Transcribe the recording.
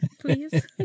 Please